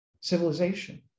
civilization